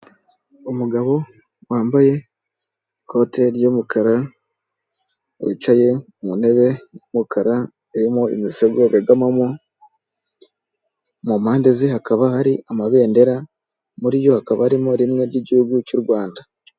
Umugabo wambaye ikote ry'umukara wicaye mu ntebe y'umukara irimo imisego begamamo, mu mpande ze hakaba hari amabendera muri yo hakaba harimo rimwe ry'igihugu cy'u Rwanda.